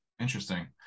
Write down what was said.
Interesting